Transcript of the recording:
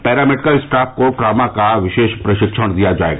para medical staff को trauma का विशे ा प्रशिक्षण दिया जाये